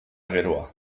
geroa